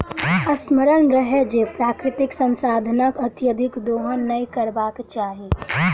स्मरण रहय जे प्राकृतिक संसाधनक अत्यधिक दोहन नै करबाक चाहि